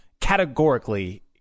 categorically